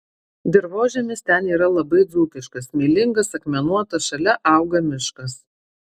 dirvožemis ten yra labai dzūkiškas smėlingas akmenuotas šalia auga miškas